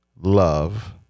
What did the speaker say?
love